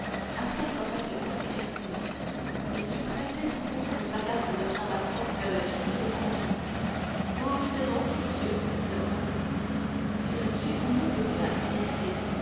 assez incorrecte quoique estimée et qui prêtait beaucoup aux sagaces observations philologiques de sa majesté vous dites donc monsieur dit le roi que je suis on ne peut plus